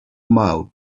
mouth